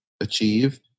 achieve